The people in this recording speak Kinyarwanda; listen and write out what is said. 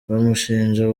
bamushinja